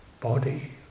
body